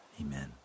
Amen